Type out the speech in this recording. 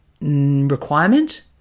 requirement